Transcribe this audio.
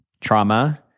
trauma